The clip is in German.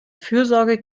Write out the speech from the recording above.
fürsorge